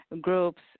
groups